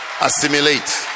Assimilate